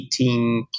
18